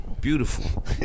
beautiful